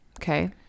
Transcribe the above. Okay